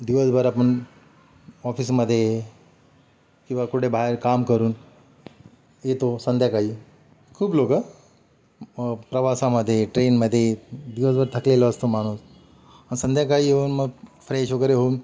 दिवसभर आपण ऑफिसमध्ये किंवा कुठे बाहेर काम करून येतो संध्याकाळी खूप लोक प्रवासामध्ये ट्रेनमध्ये दिवसभर थकलेलो असतो माणूस संध्याकाळी येऊन मग फ्रेश वगैरे होऊन